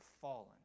fallen